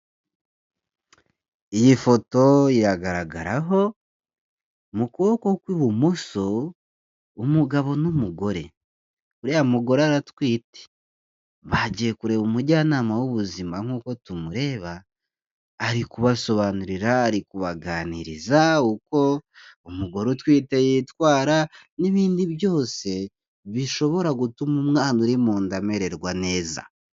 Iyi foto yagaragaraho mu kuboko kw'ibumoso umugabo n'umugore, uriya mugore aratwite bagiye kureba umujyanama w'ubuzima nk'uko tumureba ari kubasobanurira, ari kubaganiriza uko umugore utwite yitwara n'ibindi byose bishobora gutuma umwana uri mu nda amererwa neza.